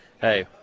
hey